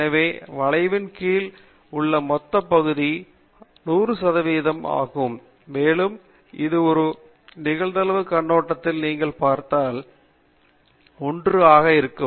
எனவே வளைவின் கீழ் உள்ள மொத்த பகுதி 100 சதவிகிதம் ஆகும் மேலும் இது ஒரு நிகழ்தகவுக் கண்ணோட்டத்தில் நீங்கள் பார்த்தால் அது 1 ஆக இருக்கும்